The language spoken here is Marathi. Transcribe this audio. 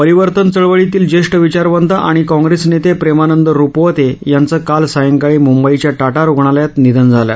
परिवर्तन चळवळीतील ज्येष्ठ विचारवंत आणि कॉंग्रेस नेते प्रेमानंद रुपवते यांचं काल सांयकाळी मुंबईच्या टाटा रुग्णालयात निधन झालं